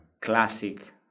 classic